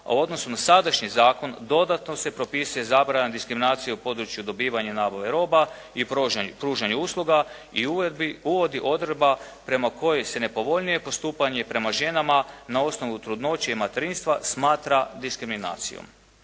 odnosu na sadašnji zakon dodatno se propisuje zabrana diskriminacije u području dobivanja nabave roba i pružanje usluga i uredbi, uvodi odredba prema kojoj se nepovoljnije postupanje prema ženama na osnovu trudnoće i materinstva smatra diskriminacijom.